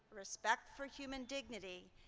respect for human dignity.